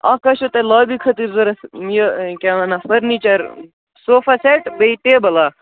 اکھ حظ چھُو تۄہہِ لابی خٲطرٕ ضروٗرت یہِ کیٛاہ وَنان فٔرنیٖچَر صوفا سٮ۪ٹ بیٚیہِ ٹیبُل اَکھ